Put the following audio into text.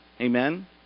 Amen